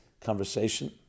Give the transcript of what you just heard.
conversation